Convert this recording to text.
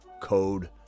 Code